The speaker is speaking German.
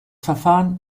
verfahren